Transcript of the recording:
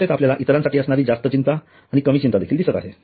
तसेच आपल्याला इतरांसाठी असणारी जास्त चिंता आणि कमी चिंता देखील दिसत आहेत